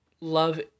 love